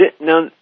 Now